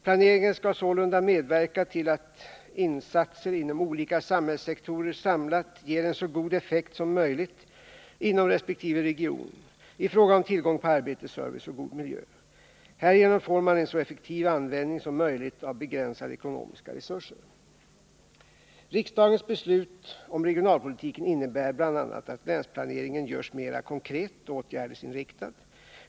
Planeringen skall sålunda medverka till att insatser inom olika samhällssektorer samlat ger en så god effekt som möjligt inom resp. region i fråga om tillgång på arbete, service och god miljö. Härigenom får man en så effektiv användning som möjligt av begränsade ekonomiska resurser. Riksdagens beslut om regionalpolitiken innebär bl.a. att länsplaneringen görs mer konkret och åtgärdsinriktad.